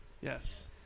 Yes